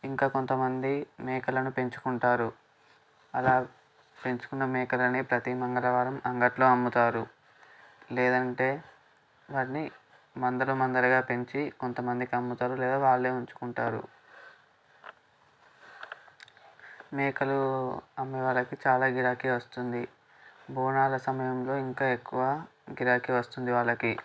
ఇంకా కొంతమంది మేకలను పెంచుకుంటారు అలా పెంచుకున్న మేకలని ప్రతి మంగళవారం అంగట్లో అమ్ముతారు లేదంటే వాటిని మందలు మందలుగా పెంచి కొంతమందికి అమ్ముతారు లేదా వాళ్ళే ఉంచుకుంటారు మేకలు అమ్మేవాళ్ళకి చాలా గిరాకీ వస్తుంది బోనాల సమయంలో ఇంకా ఎక్కువ గిరాకీ వస్తుంది వాళ్ళకి